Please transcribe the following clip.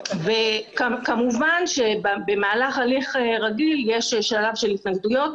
כמובן שבמהלך הליך רגיל יש שלב של התנגדויות,